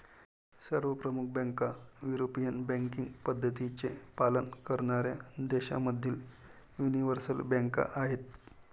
सर्व प्रमुख बँका युरोपियन बँकिंग पद्धतींचे पालन करणाऱ्या देशांमधील यूनिवर्सल बँका आहेत